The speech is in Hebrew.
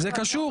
זה קשור.